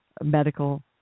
medical